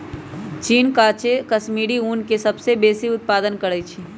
चीन काचे कश्मीरी ऊन के सबसे बेशी उत्पादन करइ छै